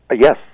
Yes